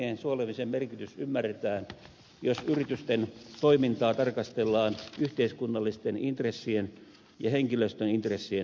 tietolähteen suojelemisen merkitys ymmärretään jos yritysten toimintaa tarkastellaan yhteiskunnallisten intressien ja henkilöstöintressien näkökulmasta